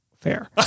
fair